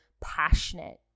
passionate